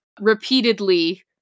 repeatedly